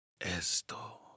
Esto